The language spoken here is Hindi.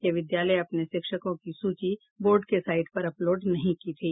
ये विद्यालय अपने शिक्षकों की सूची बोर्ड के साईट पर अपलोड नहीं की थी